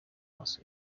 maso